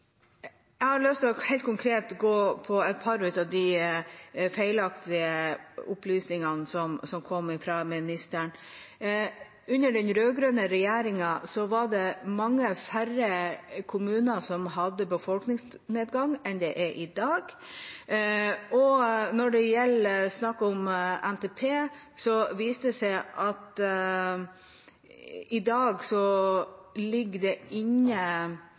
Jeg har lyst til å helt konkret gå inn på et par av de feilaktige opplysningene som kom fra statsråden. Under den rød-grønne regjeringen var det mange færre kommuner som hadde befolkningsnedgang enn i dag. Når det gjelder NTP, viser det seg at i dag er det vel 1 030 km statlig vei som ikke har gul stripe. Stort sett ligger